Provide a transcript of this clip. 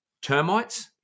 Termites